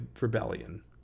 rebellion